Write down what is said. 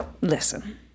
Listen